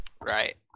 Right